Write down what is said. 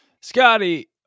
Scotty